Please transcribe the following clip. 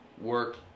work